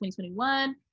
2021